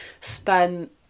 spent